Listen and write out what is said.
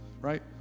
right